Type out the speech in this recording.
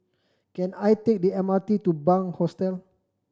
can I take the M R T to Bunc Hostel